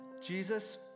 Jesus